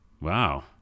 Wow